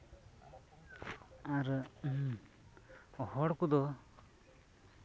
ᱟᱨ ᱦᱚᱲ ᱠᱚᱫᱚ